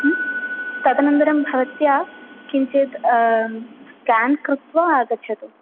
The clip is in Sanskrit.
तदनन्तरं भवत्या किञ्चित् स्केन् कृत्वा आगच्छतु